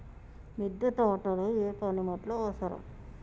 మిద్దె తోటలో ఏ పనిముట్లు అవసరం?